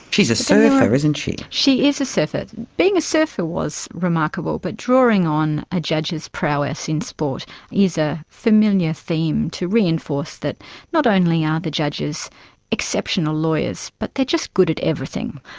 she is a surfer, isn't she. she is a surfer. being a surfer was remarkable, but drawing on a judge's prowess in sport is a familiar theme, to reinforce that not only are the judges exceptional lawyers but they are just good at everything.